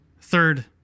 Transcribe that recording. Third